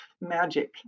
magic